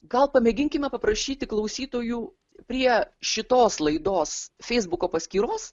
gal pamėginkime paprašyti klausytojų prie šitos laidos feisbuko paskyros